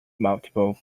multiple